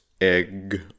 egg